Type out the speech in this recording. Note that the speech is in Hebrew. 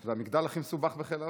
זה המגדל הכי מסובך בחיל האוויר.